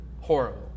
horrible